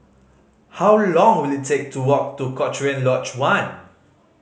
how long will it take to walk to Cochrane Lodge One